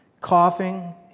coughing